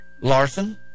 Larson